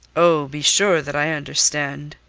oh, be sure that i understand,